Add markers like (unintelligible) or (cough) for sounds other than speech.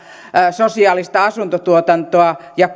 sosiaalista asuntotuotantoa ja (unintelligible)